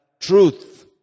truth